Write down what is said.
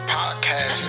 podcast